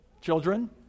Children